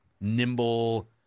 nimble